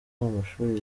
amashuri